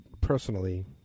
personally